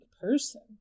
person